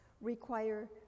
require